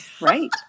Right